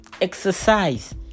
exercise